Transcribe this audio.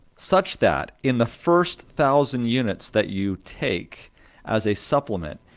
such that in the first thousand units that you take as a supplement,